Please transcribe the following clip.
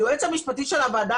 היועץ המשפטי של הוועדה,